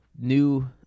new